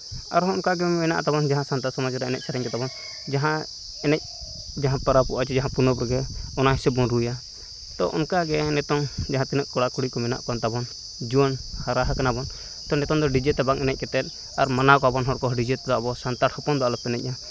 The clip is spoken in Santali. ᱟᱨᱦᱚᱸ ᱚᱱᱠᱟᱜᱮ ᱢᱮᱱᱟᱜ ᱛᱟᱵᱚᱱ ᱡᱟᱦᱟᱸ ᱥᱟᱱᱛᱟᱲ ᱥᱚᱢᱟᱡᱽ ᱨᱮᱭᱟᱜ ᱮᱱᱮᱡ ᱥᱮᱨᱮᱧ ᱜᱮᱛᱟᱵᱚᱱ ᱡᱟᱦᱟᱸ ᱮᱱᱮᱡ ᱯᱚᱨᱚᱵᱚᱜᱼᱟ ᱪᱮ ᱡᱟᱦᱟᱸ ᱯᱚᱨᱚᱵᱽ ᱨᱮᱜᱮ ᱚᱱᱟ ᱦᱤᱥᱟᱹᱵ ᱵᱚᱱ ᱨᱩᱭᱟ ᱛᱳ ᱚᱱᱠᱟᱜᱮ ᱱᱤᱛᱚᱝ ᱡᱟᱦᱟᱸ ᱛᱤᱱᱟᱹᱜ ᱠᱚᱲᱟᱼᱠᱩᱲᱤ ᱠᱚ ᱢᱮᱱᱟᱜ ᱠᱚ ᱛᱟᱵᱚᱱ ᱡᱩᱣᱟᱹᱱ ᱦᱟᱨᱟ ᱟᱠᱟᱱᱟ ᱵᱚᱱ ᱛᱳ ᱱᱤᱛᱚᱝ ᱰᱤᱡᱮ ᱛᱮ ᱵᱟᱝ ᱮᱱᱮᱡ ᱠᱟᱛᱮ ᱟᱨ ᱢᱟᱱᱟᱣ ᱠᱚᱣᱟ ᱵᱚᱱ ᱦᱚᱲ ᱠᱚ ᱰᱤᱡᱮ ᱛᱮᱫᱚ ᱟᱵᱚ ᱥᱟᱱᱛᱟᱲ ᱦᱚᱯᱚᱱ ᱫᱚ ᱟᱞᱚ ᱯᱮ ᱮᱱᱮᱡᱼᱟ